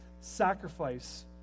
sacrifice